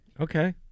Okay